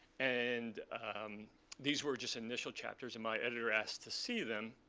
and these were just initial chapters. and my editor asked to see them.